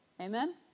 Amen